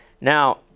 Now